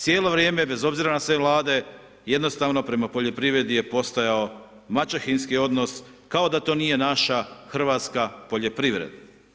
Cijelo vrijeme bez obzira na sve vlade, jednostavno prema poljoprivredi je postojao maćehinski odnos kao da to nije naša hrvatska poljoprivreda.